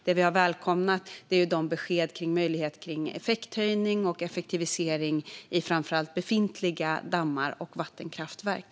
Det vi har välkomnat är beskeden om möjligheten till effekthöjning och effektivisering i framför allt befintliga dammar och vattenkraftverk.